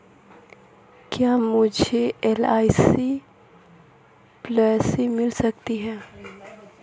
क्या मुझे LIC policy मिल सकती है?